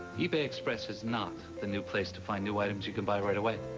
ebay express is not the new place to find new items you can buy right away.